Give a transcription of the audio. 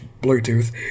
Bluetooth